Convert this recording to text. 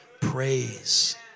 praise